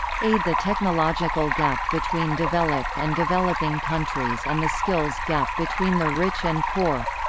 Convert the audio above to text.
aid the technological gap between developed and developing countries and the skills gap between the rich and poor